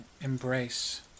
embrace